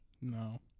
No